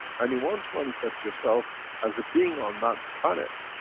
and you want to manifest yourself as a being on that planet,